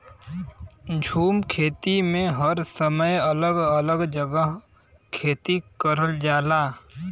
झूम खेती में हर समय अलग अलग जगह खेती करल जाला